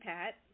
Pat